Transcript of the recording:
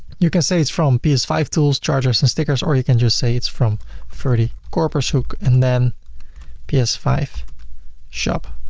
you can say it's from p s five tools, chargers and stickers or you can just say it's from ferdy korpershoek and then p s five shop.